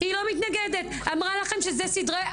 אז כפי שאתם שומעים,